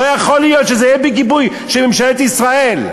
לא יכול להיות שזה יהיה בגיבוי של ממשלת ישראל.